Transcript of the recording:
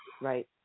right